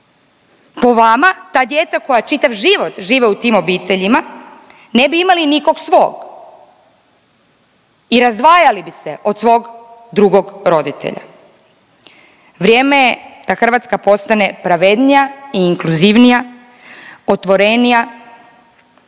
Po vama ta djeca koja čitav život žive u tim obiteljima ne bi imali nikog svog i razdvajali bi se od svog drugog roditelja. Vrijeme je da Hrvatska postane pravednija i inkluzivnija, otvorenija